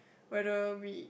whether we